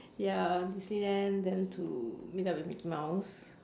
ya disneyland then to meet up with mickey-mouse